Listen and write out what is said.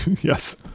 Yes